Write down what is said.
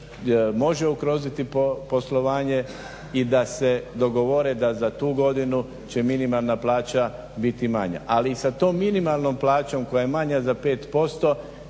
može ugroziti poslovanje i da se dogovore da za tu godinu će minimalna plaća biti manja. Ali i sa tom minimalnom plaćom koja je manja za 5%